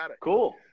Cool